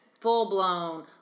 full-blown